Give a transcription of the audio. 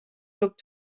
look